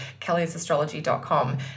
kelly'sastrology.com